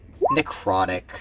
Necrotic